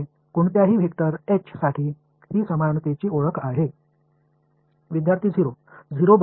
எனவே எந்தவொரு vector H க்கும் இது அடையாளத்திற்கு சமம் என்பதை நாம் அனைவரும் அறிவோம்